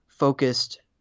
focused